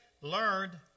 learned